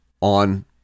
on